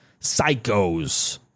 psychos